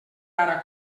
ara